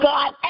God